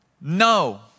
No